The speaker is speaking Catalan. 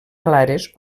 clares